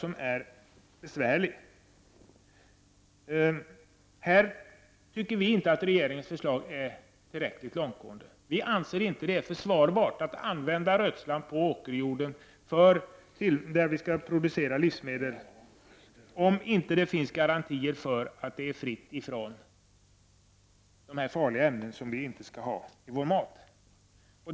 Här tycker vi inte att regeringens förslag är tillräckligt långtgående. Vi anser det inte försvarbart att använda rötslam på åkerjord där vi skall producera livsmedel, om det inte finns garantier för att det är fritt från farliga ämnen som vi inte skall ha i vår mat.